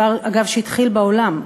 דבר שאגב התחיל בעולם.